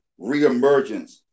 reemergence